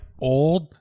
old